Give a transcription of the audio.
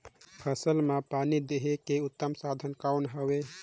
फसल मां पानी देहे के उत्तम साधन कौन हवे?